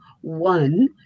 One